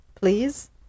Please